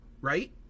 right